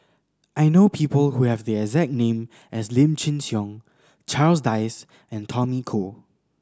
I know people who have the exact name as Lim Chin Siong Charles Dyce and Tommy Koh